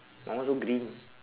my one also green